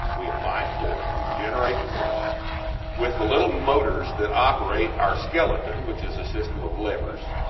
we apply force, we generate force with the little motors that operate our skeleton, which is a system of levers,